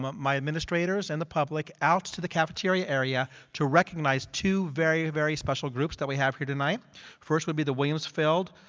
my administrators and the public out to the cafeteria areas to recognize two very, very special groups that we have here tonight first will be the williams field